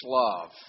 love